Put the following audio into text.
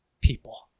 people